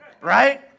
Right